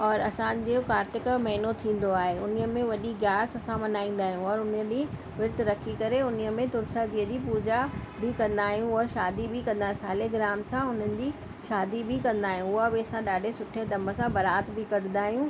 औरि असांजे कार्तिक जो महीनो थींदो आहे उन में वॾी ग्यारस असां मल्हाईंदा आहियूं औरि उन ॾींहुं विर्त रखी करे उन में तुलसा जीअ जी पूजा बि कंदा आहियूं शादी बि कंदा आहियूं ऐं शादी बि कंदा शालीग्राम सां हुननि जी शादी बि कंदा आहियूं उहा बि असां ॾाढे सुठे ढंग सां बरात बि कढंदा आहियूं